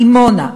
דימונה,